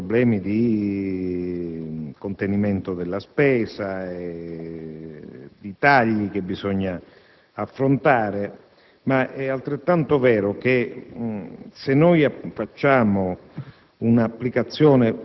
evidente che ci sono problemi di contenimento della spesa, di tagli che bisogna affrontare, ma è altrettanto vero che se facciamo